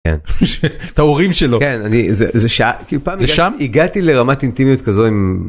את ההורים שלו, כן אני זה שם הגעתי לרמת אינטימיות כזו עם.